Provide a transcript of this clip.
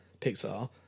Pixar